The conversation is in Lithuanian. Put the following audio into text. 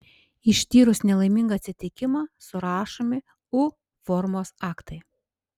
ištyrus nelaimingą atsitikimą surašomi u formos aktai